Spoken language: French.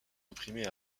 imprimées